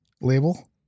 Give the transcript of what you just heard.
label